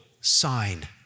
sign